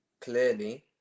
clearly